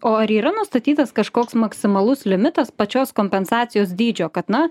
o ar yra nustatytas kažkoks maksimalus limitas pačios kompensacijos dydžio kad na